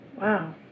Wow